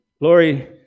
Lori